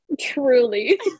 Truly